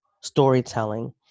storytelling